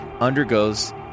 undergoes